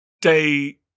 Day